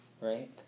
right